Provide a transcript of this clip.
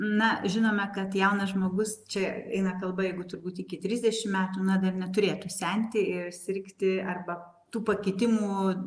na žinome kad jaunas žmogus čia eina kalba jeigu turbūt iki trisdešimt metų na dar neturėtų senti ir sirgti arba tų pakitimų